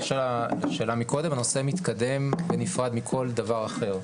הנושא מתקדם בנפרד מכל דבר אחר.